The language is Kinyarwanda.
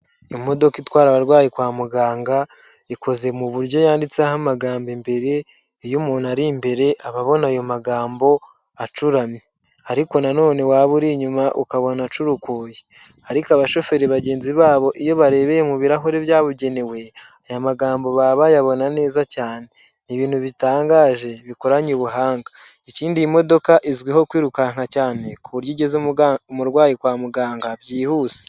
Imodoka itwara abarwayi kwa muganga ikoze mu buryo yanditseho amagambo mbere iyo umuntu ari imbere aba abona ayo magambo acuramye ariko na none waba uri inyuma ukabona acurukuye ariko abashoferi bagenzi babo iyo barebeye mu birahuri byabugenewe aya magambo baba bayabona neza cyane. Ni ibintu bitangaje bikoranye ubuhanga. Ikindi iyi modoka izwiho kwirukanka cyane ku buryo igeza umurwayi kwa muganga byihuse.